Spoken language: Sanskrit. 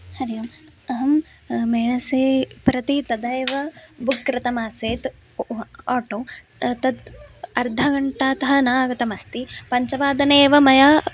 हरिः ओम् अहं मेणसेप्रति तदा एव बुक् कृतमासीत् आटो तत् अर्धघण्टातः न आगतमस्ति पञ्चवादने एव मया